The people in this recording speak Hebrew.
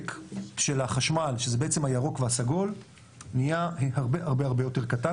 של החשמל שזה בעצם הירוק והסגול נהיההרבה יותר קטן,